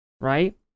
right